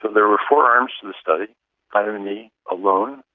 there were four arms to this study vitamin e alone,